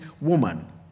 woman